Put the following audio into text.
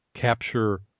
capture